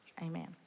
Amen